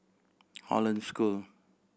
Hollandse School